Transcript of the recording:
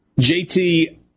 JT